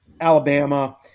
Alabama